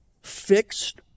fixed